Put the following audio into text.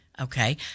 Okay